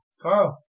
Carl